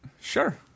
Sure